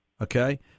okay